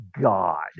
God